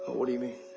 what do you mean?